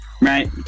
right